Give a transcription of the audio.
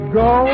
go